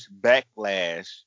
backlash